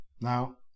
now